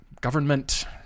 government